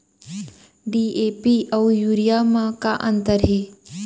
DAP अऊ urea म का अंतर हे?